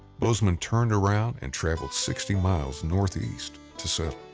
bozeman turned around and traveled sixty miles northeast to settle.